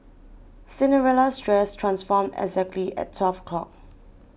Cinderella's dress transformed exactly at twelve o' clock